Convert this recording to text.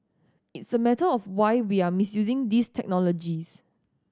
it's a matter of why we are misusing these technologies